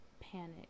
panic